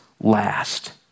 last